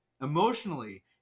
emotionally